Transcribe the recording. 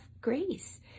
grace